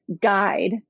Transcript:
guide